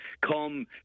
come